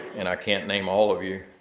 and i can't name all of you,